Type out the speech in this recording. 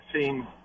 seen